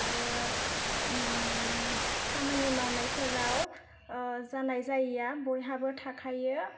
आरो खामानि मावनायफोराव जानाय जायैया बयहाबो थाखायो